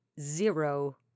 zero